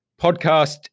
podcast